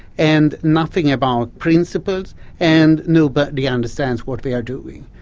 and nothing about principals and nobody understands what they are doing.